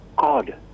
God